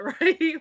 right